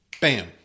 Bam